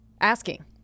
Asking